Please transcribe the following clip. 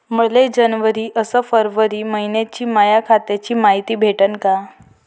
मले जनवरी अस फरवरी मइन्याची माया खात्याची मायती भेटन का?